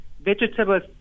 vegetables